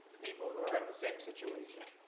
the people who are in the same situation.